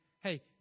hey